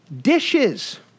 Dishes